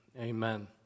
amen